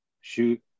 shoot